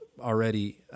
already